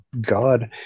God